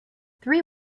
three